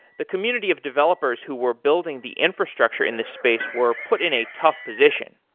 the community of developers who were building the infrastructure in this space were put in a tough position.